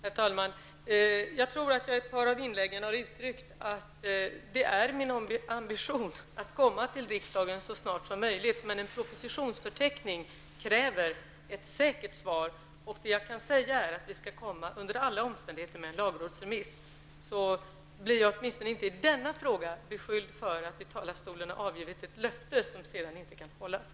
Herr talman! Jag tror att jag i ett par av inläggen har uttryckt att det är min ambition att komma till riksdagen så snart som möjligt, men en propositionsförteckning kräver ett säkert svar. Det jag kan säga är att vi under alla omständigheter skall komma med en lagrådsremiss. Nu behöver jag åtminstone inte i denna fråga bli beskylld för att i talarstolen ha avgivit ett löfte som sedan inte kan hållas!